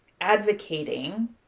advocating